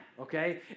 okay